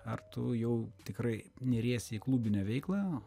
ar tu jau tikrai neriesi į klubinę veiklą